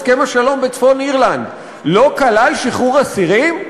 הסכם השלום בצפון-אירלנד, לא כלל שחרור אסירים?